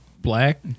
black